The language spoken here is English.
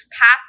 pass